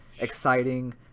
exciting